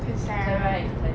clara and